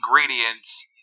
Ingredients